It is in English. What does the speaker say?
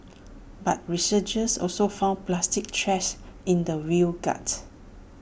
but researchers also found plastic trash in the whale's gut